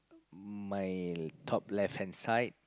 my top left hand side